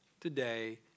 today